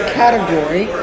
category